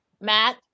Matt